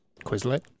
Quizlet